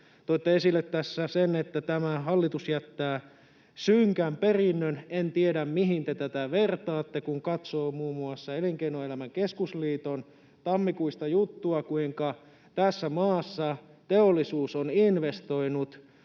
Toitte esille tässä sen, että tämä hallitus jättää synkän perinnön. En tiedä, mihin te tätä vertaatte, kun katsoo muun muassa Elinkeinoelämän keskusliiton tammikuista juttua siitä, kuinka tässä maassa teollisuus on investoinut